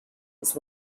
was